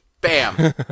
Bam